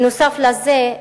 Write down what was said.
בנוסף לזה,